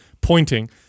pointing